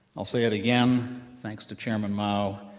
i'll say it again, thanks to chairman mao,